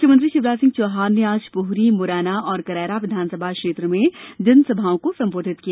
मुख्यमंत्री शिवराज सिंह चौहान ने आज पोहरी मुरैना और करैरा विधानसभा क्षेत्र में जनसभाओं को संबोधित किया